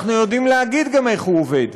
אנחנו יודעים להגיד איך הוא עובד.